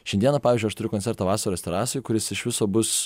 šiandieną pavyzdžiui aš turiu koncertą vasaros terasoj kuris iš viso bus